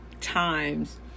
times